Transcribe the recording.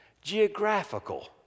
geographical